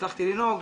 הצלחתי לנהוג,